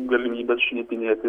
galimybes šnipinėti